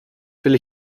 will